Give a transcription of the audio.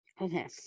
Okay